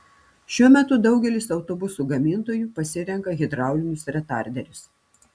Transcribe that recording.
šiuo metu daugelis autobusų gamintojų pasirenka hidraulinius retarderius